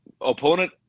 Opponent